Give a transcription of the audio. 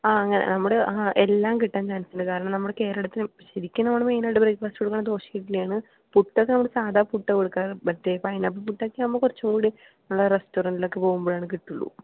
ആ അങ്ങനെ നമ്മുടെ ആ എല്ലാം കിട്ടാൻ ചാൻസ് ഉണ്ട് കാരണം നമ്മളുടെ കേരളത്തിൽ ശരിക്കും നമ്മൾ മെയിൻ ആയിട്ട് ബ്രേക്ഫാസ്റ്റിനു കൊടുക്കുന്നത് ദോശ ഇഡിലി ആണ് പുട്ടൊക്കെ നമ്മൾ സാദാ പുട്ടാണ് കൊടുക്കാറ് മറ്റേ പൈനാപ്പിൾ പുട്ട് ഒക്കെ ആവുമ്പോൾ കുറച്ചും കൂടെ റസ്റ്റോറൻറിലൊക്കെ പോവുമ്പോഴേ കിട്ടുള്ളൂ